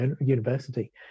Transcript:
university